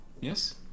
yes